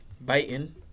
biting